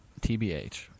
tbh